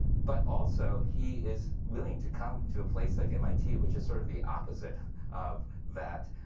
but also, he is willing to come to a place like mit, which is sort of the opposite of that,